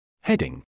Heading